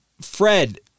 Fred